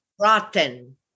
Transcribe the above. Rotten